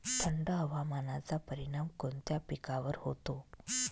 थंड हवामानाचा परिणाम कोणत्या पिकावर होतो?